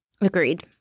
Agreed